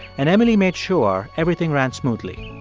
and emily made sure everything ran smoothly.